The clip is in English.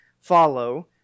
follow